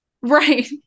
Right